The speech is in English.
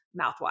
mouthwash